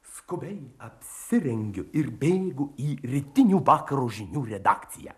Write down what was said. skubiai apsirengiu ir bėgu į rytinių vakaro žinių redakciją